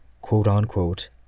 quote-unquote